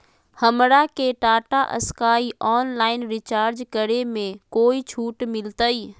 हमरा के Tata Sky online recharge करे में कोई छूट मिलतई